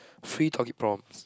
free talky prawns